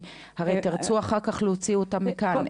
הרי תרצו אחר כך להוציא אותם מכאן.